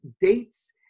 dates